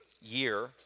year